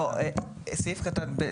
לא, סעיף קטן (ב),